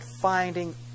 finding